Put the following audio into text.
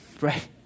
right